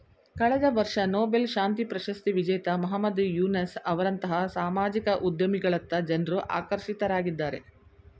ಕಳೆದ ವರ್ಷ ನೊಬೆಲ್ ಶಾಂತಿ ಪ್ರಶಸ್ತಿ ವಿಜೇತ ಮಹಮ್ಮದ್ ಯೂನಸ್ ಅವರಂತಹ ಸಾಮಾಜಿಕ ಉದ್ಯಮಿಗಳತ್ತ ಜನ್ರು ಆಕರ್ಷಿತರಾಗಿದ್ದಾರೆ